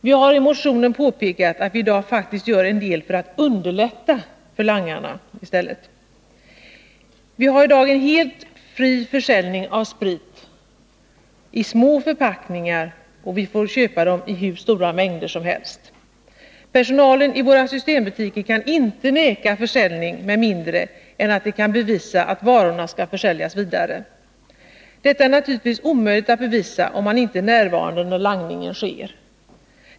Vi har i motionen påpekat att vi i dag faktiskt gör en del för att underlätta för langarna. Vi har en helt fri försäljning av sprit i små förpackningar i hur stora mängder som helst. Personalen i våra systembutiker kan inte säga nej till försäljning med mindre än att de kan bevisa att varorna skall försäljas vidare. Detta är naturligtvis omöjligt att bevisa, om man inte är närvarande när langningen sker.